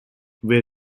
where